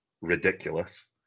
ridiculous